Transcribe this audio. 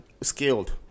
skilled